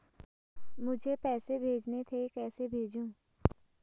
मुझे पैसे भेजने थे कैसे भेजूँ?